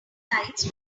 lights